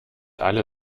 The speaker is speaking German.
alle